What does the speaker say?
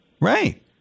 Right